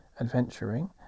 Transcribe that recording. adventuring